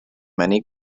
many